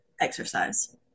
exercise